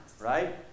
right